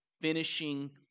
finishing